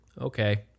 okay